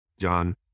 John